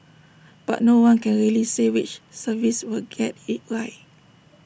but no one can really say which service will get IT right